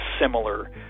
similar